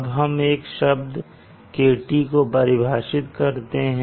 अब हम एक शब्द KT को परिभाषित करते हैं